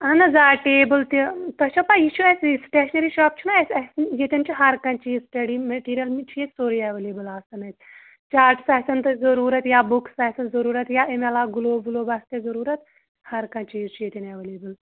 اَہَن حظ آ ٹیبٕل تہِ تۄہہِ چھَو پےَ یہِ چھُ اَسہِ یہِ سِٹیٚشنٔری شاپ چھُنا اَسہِ اَسہِ یہِ ییٚتیٚن چھُ ہَرکانٛہہ چیز سِٹَڈی مِٹیٖریَل چھُ ییٚتہِ سورُے اَیٚویلیبٕل آسان حظ چارٹٕس آسَن تۄہہِ ضروٗرَت یا بُکٕس آسَن ضروٗرَت یا اَمہِ علاوٕ گُلوب وُلوب آسہِ تۄہہِ ضروٗرَت ہَر کانٛہہ چیٖز چھُ ییٚتیٚن اَیٚویلیبٕل